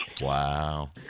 Wow